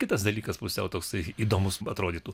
kitas dalykas pusiau toksai įdomus atrodytų